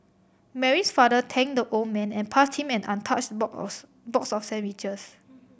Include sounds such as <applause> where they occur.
Mary's father thanked the old man and passed him an untouched <unintelligible> box of sandwiches